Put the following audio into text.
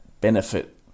benefit